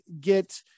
get